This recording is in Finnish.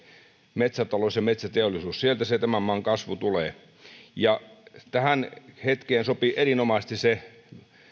metsätalous ja metsäteollisuus sieltä se tämän maan kasvu tulee ja tähän hetkeen sopii erinomaisesti se